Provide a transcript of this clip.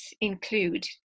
include